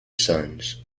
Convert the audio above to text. sons